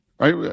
right